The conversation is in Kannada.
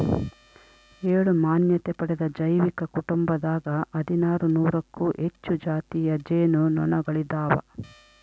ಏಳು ಮಾನ್ಯತೆ ಪಡೆದ ಜೈವಿಕ ಕುಟುಂಬದಾಗ ಹದಿನಾರು ನೂರಕ್ಕೂ ಹೆಚ್ಚು ಜಾತಿಯ ಜೇನು ನೊಣಗಳಿದಾವ